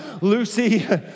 Lucy